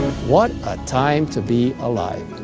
what a time to be alive.